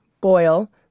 boil